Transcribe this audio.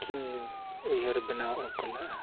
ᱠᱤᱱ ᱩᱭᱦᱟᱹᱨ ᱵᱮᱱᱟᱣ ᱚᱰᱳᱜ ᱞᱟᱜᱼᱟ